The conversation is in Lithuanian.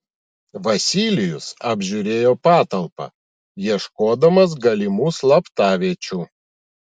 vasilijus apžiūrėjo patalpą ieškodamas galimų slaptaviečių